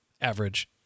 average